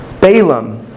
Balaam